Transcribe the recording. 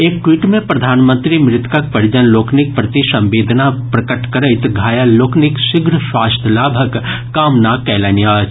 एक ट्वीट मे प्रधानमंत्री मृतकक परिजन लोकनिक प्रति संवेदना प्रकट करैत घायल लोकनिक शीघ्र स्वास्थ्य लाभक कामना कयलनि अछि